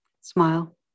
Smile